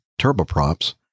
turboprops